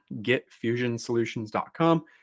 getfusionsolutions.com